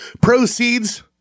Proceeds